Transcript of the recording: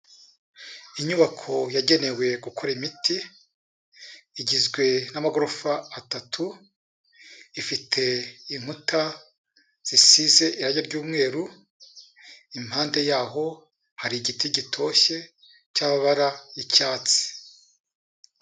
Inyubako yagenewe gukora imiti igizwe n'amagorofa atatu ifite inkuta zisize irange ry'umweru, impande yaho hari igiti gitoshye cy'amabara y'icyatsi.